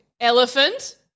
Elephant